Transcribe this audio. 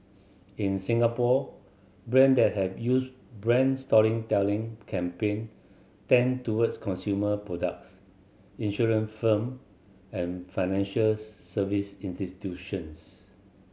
in Singapore brand that have used brand storytelling campaign tend towards consumer products insurance firm and financial service institutions